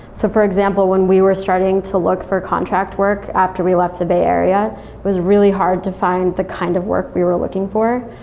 so for example, when we were starting to look for contract work after we left the bay area, it was really hard to find the kind of work we were looking for,